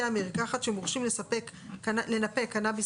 (יד1)בית מרקחת שהורשה לנפק קנביס